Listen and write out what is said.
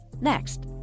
next